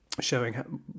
showing